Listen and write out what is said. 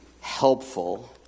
helpful